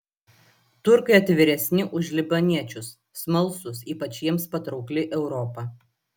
turkai atviresni už libaniečius smalsūs ypač jiems patraukli europa